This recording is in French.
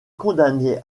condamnée